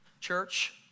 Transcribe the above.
Church